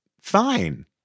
fine